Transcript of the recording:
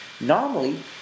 Normally